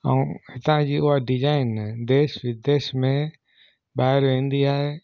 ऐं असांजी उहा डिज़ाइन देश विदेश में ॿाहिरि वेंदी आहे